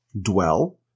dwell